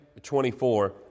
24